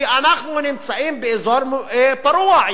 כי אנחנו נמצאים באזור פרוע.